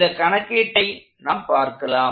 இந்த கணக்கீட்டை நாம் பார்க்கலாம்